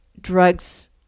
drugs